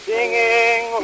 Singing